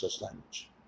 language